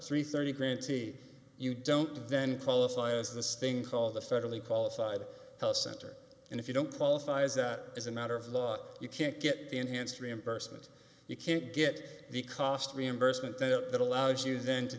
three thirty grantee you don't then qualify as the sting called the federally qualified health center and if you don't qualify is that as a matter of law you can't get the enhanced reimbursement you can't get the cost reimbursement that allows you then to